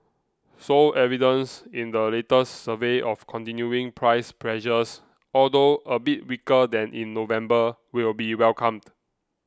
so evidence in the latest survey of continuing price pressures although a bit weaker than in November will be welcomed